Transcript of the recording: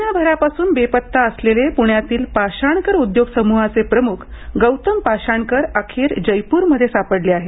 महिनाभरापासून बेपत्ता असलेले प्ण्यातील पाषाणकर उद्योग समूहाचे प्रमुख गौतम पाषाणकर अखेर जयपूरमध्ये सापडले आहेत